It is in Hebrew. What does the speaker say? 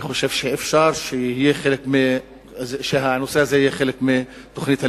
אני חושב שאפשר שהנושא הזה יהיה חלק מתוכנית הלימודים.